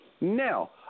Now